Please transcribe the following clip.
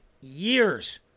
years